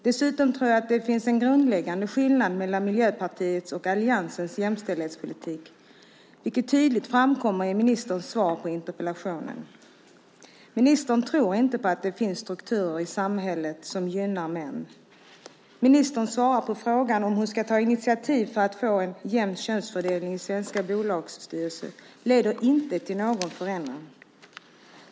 Dessutom tror jag att det finns en grundläggande skillnad mellan Miljöpartiets och alliansens jämställdhetspolitik, vilket tydligt framkommer i ministerns svar på interpellationen. Ministern tror inte på att det finns strukturer i samhället som gynnar män. Ministerns svar på frågan om hon ska ta initiativ för att få en jämn könsfördelning i svenska bolagsstyrelser leder inte till någon förändring.